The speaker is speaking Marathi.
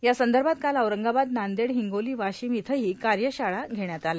यासंदर्भात काल औरंगाबाद नांदेड हिंगोली वाशिम इथंही कार्यशाळा घेण्यात आल्या